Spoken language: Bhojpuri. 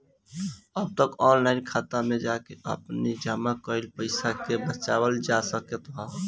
अब तअ ऑनलाइन खाता में जाके आपनी जमा कईल पईसा के भजावल जा सकत हवे